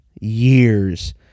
years